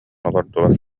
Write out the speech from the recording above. олордулар